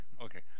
Okay